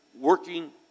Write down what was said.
Working